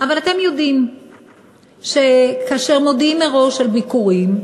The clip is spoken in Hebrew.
אבל אתם יודעים שכאשר מודיעים מראש על ביקורים,